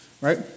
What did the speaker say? right